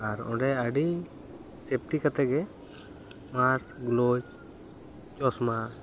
ᱟᱨ ᱚᱸᱰᱮ ᱟᱹᱰᱤ ᱥᱮᱯᱷᱴᱤ ᱠᱟᱛᱮᱫ ᱜᱮ ᱢᱟᱥᱠ ᱜᱚᱞᱚᱵᱥ ᱪᱚᱥᱢᱟ